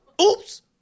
Oops